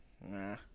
Nah